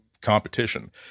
competition